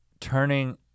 turning